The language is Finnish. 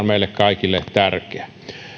meille kaikille tärkeä